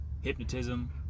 hypnotism